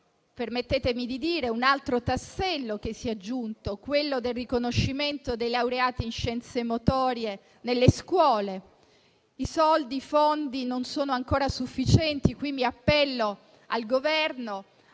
permettetemi di parlare di un altro tassello che si è aggiunto: il riconoscimento dei laureati in scienze motorie nelle scuole. I fondi non sono ancora sufficienti. Qui mi appello al Governo